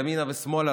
ימינה ושמאלה,